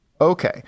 Okay